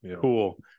cool